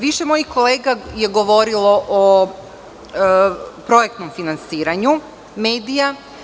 Više mojih kolega je govorilo o projektnom finansiranju medija.